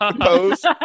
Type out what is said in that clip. pose